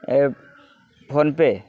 A PhonePe